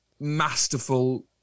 masterful